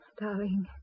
Darling